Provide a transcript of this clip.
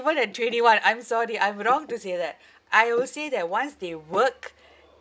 more than twenty one I'm sorry I'm wrong to say that I will say that once they work